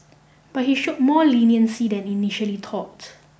but he show more leniency than initially thought